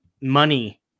money